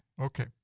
Okay